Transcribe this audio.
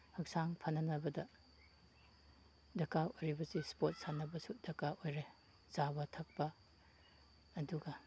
ꯍꯛꯆꯥꯡ ꯐꯅꯅꯕꯗ ꯗꯔꯀꯥꯔ ꯑꯣꯏꯔꯤꯕꯁꯤ ꯏꯁꯄꯣꯔꯠ ꯁꯥꯟꯅꯕꯁꯨ ꯗꯔꯀꯥꯔ ꯑꯣꯏꯔꯦ ꯆꯥꯕ ꯊꯛꯄ ꯑꯗꯨꯒ